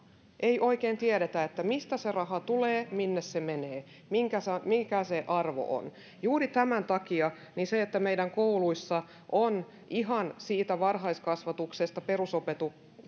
ei oikein tiedetä mistä se raha tulee minne se menee mikä sen arvo on juuri tämän takia se että meidän kouluissa ihan varhaiskasvatuksesta perusopetukseen